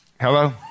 Hello